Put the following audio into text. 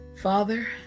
Father